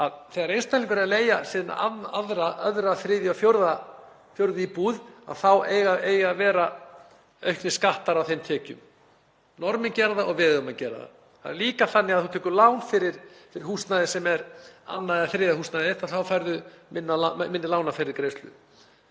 Þegar einstaklingur er að leigja sína aðra, þriðju eða fjórðu íbúð þá eiga að vera auknir skattar af þeim tekjum. Norðmenn gera það og við eigum að gera það. Það er líka þannig að ef þú tekur lán fyrir húsnæði sem er annað eða þriðja húsnæði þá færðu minni lánafyrirgreiðslu.